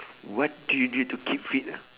what do you do to keep fit ah